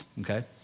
Okay